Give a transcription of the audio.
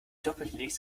doppelhelix